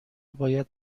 باید